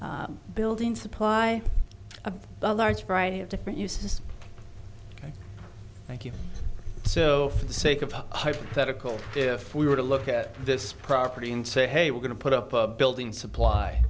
uses building supply of a large variety of different uses thank you so for the sake of a hypothetical if we were to look at this property and say hey we're going to put up a building supply